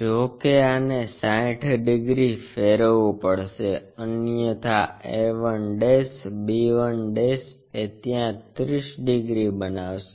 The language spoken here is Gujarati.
જો કે આને 60 ડિગ્રી ફેરવવું પડશે અન્યથા a 1 b 1 એ ત્યાં 30 ડિગ્રી બનાવશે